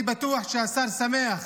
אני בטוח שהשר שמח